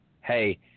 hey